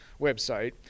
website